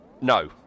No